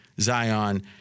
Zion